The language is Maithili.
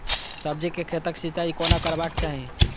सब्जी के खेतक सिंचाई कोना करबाक चाहि?